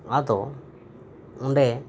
ᱟᱫᱚ ᱚᱸᱰᱮ